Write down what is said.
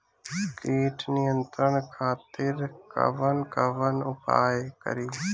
कीट नियंत्रण खातिर कवन कवन उपाय करी?